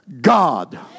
God